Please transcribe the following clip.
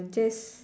just